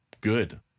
good